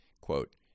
quote